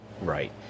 right